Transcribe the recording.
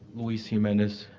luis jiminez